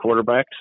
quarterbacks